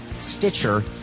Stitcher